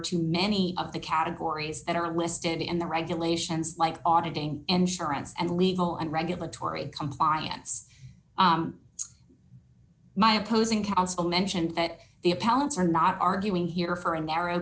to many of the categories that are listed in the regulations like auditing insurance and legal and regulatory compliance my opposing counsel mentioned that the appellants are not arguing here for a narrow